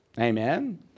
Amen